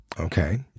Okay